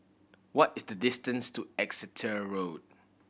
what is the distance to Exeter Road